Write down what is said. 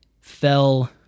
fell